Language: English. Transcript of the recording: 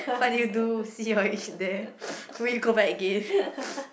what did you do what did you all eat there will you go back again